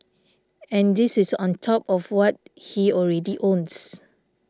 and this is on top of what he already owns